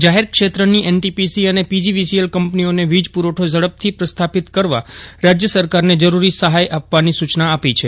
જાહેર ક્ષેત્રની એનટીપીસી અને પીજીસીઆઈએલ કંપનીઓને વીજપુરવઠો ઝડપથી પ્રસ્થાપિત કરવા રાજ્ય સરકારને જરૂરી સહાય આપવાની સુચના આપી છે